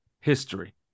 history